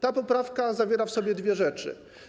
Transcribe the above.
Ta poprawka zawiera w sobie dwie rzeczy.